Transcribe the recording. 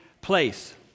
place